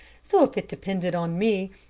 so if it depended on me,